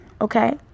Okay